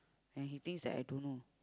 and he thinks that I don't know